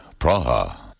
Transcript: Praha